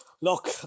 Look